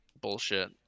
bullshit